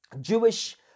Jewish